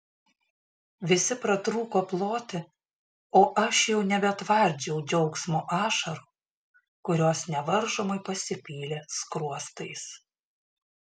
visi pratrūko ploti o aš jau nebetvardžiau džiaugsmo ašarų kurios nevaržomai pasipylė skruostais